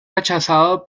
rechazado